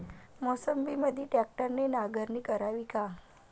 मोसंबीमंदी ट्रॅक्टरने नांगरणी करावी का?